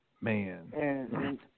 Man